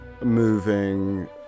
moving